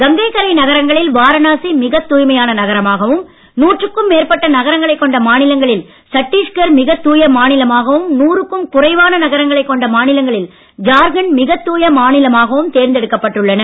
கங்கைக் கரை நகரங்களில் வாரணாசி மிகத் தூய்மையான நகரமாகவும் நூற்றுக்கும் மேற்பட்ட நகரங்களை கொண்ட மாநிலங்களில் சட்டீஷ்கர் மிகத் தூய மாநிலமாகவும் நூறுக்கும் குறைவான நகரங்களைக் கொண்ட மாநிலங்களில் ஜார்கண்ட் மிகத் தூய மாநிலமாகவும் தேர்ந்தெடுக்கப் பட்டுள்ளன